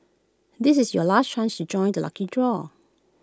this is your last chance to join the lucky draw